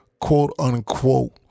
quote-unquote